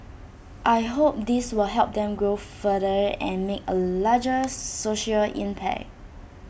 I hope this will help them grow further and make A larger social impact